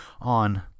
on